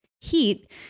heat